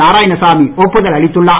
நாராயணசாமி ஒப்புதல் அளித்துள்ளார்